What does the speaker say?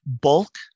bulk